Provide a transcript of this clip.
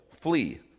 flee